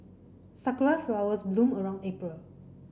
sakura flowers bloom around April